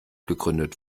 gegründet